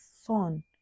son